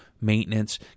maintenance